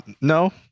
no